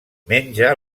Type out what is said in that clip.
menja